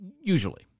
usually